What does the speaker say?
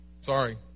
Sorry